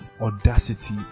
audacity